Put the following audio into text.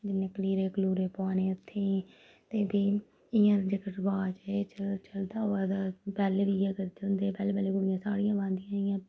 जिन्ने कलीरे कलुरे पाने हत्थें गी ते फ्ही इ'यां जेह्का रवाज़ ऐ चलदा आवा दा पैह्लें बी इयै करदे होंदे हे पैह्ले पैह्ले कुड़ियां साड़ियां पांदियां हियांं